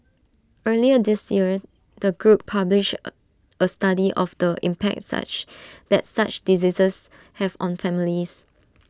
earlier this year the group published A study of the impact such that such diseases have on families